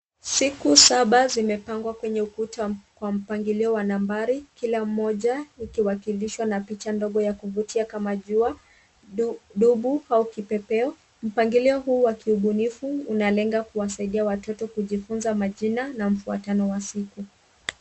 Siku saba zimepangwa kwenye ukuta kwa mpangilio wa nambari, kila mmoja ikiwakilishwa na picha ndogo ya kuvutia kama jua, dubu au kipepeo, mpangilio huu wa kiubunifu unalenga kuwasaidia watoto kujifunza majina na mfuatano wa siku.